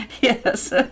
yes